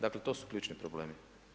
Dakle, to su ključni problemi.